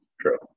True